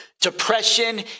depression